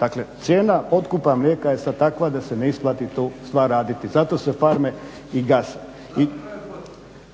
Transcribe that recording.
Dakle, cijena otkupa mlijeka je sad takva da se ne isplati tu stvar raditi, zato se farme i gase. … /Upadica se ne čuje./ …